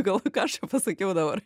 gal aš čia pasakiau dabar